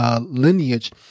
lineage